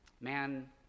Man